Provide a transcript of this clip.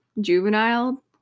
juvenile